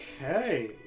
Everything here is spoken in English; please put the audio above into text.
okay